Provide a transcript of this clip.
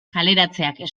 kaleratzeak